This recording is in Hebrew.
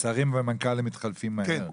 והמנכ"לים מתחלפים מהר,